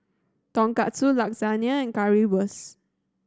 Tonkatsu Lasagne and Currywurst